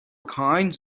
kinds